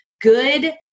good